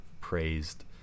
praised